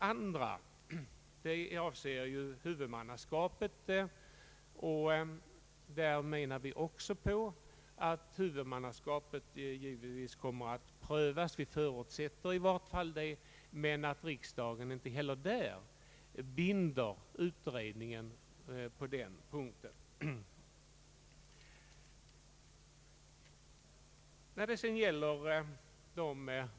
Frågan om huvudmannaskapet förutsätter vi kommer att prövas. Vi förutsätter i vart fall att riksdagen inte heller på den punkten binder utredningen.